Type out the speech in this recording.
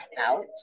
out